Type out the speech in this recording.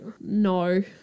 no